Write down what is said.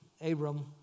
Abram